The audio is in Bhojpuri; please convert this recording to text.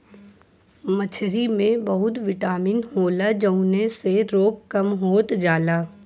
मछरी में बहुत बिटामिन होला जउने से रोग कम होत जाला